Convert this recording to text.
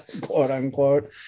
quote-unquote